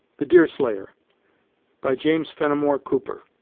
the deerslayer by james fenimore cooper